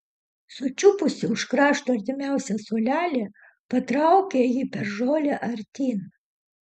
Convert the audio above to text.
sučiupusi už krašto artimiausią suolelį patraukė jį per žolę artyn